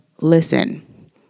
listen